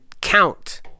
count